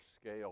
scale